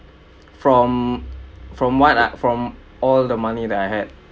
from from what I from all the money that I had